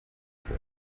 vor